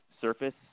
surface